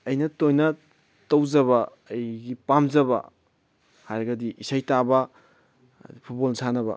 ꯑꯩꯅ ꯇꯣꯏꯅ ꯇꯧꯖꯕ ꯑꯩꯒꯤ ꯄꯥꯝꯖꯕ ꯍꯥꯏꯔꯒꯗꯤ ꯏꯁꯩ ꯇꯥꯕ ꯐꯨꯠꯕꯣꯜ ꯁꯥꯟꯅꯕ